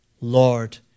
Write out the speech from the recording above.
Lord